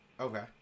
Okay